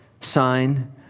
sign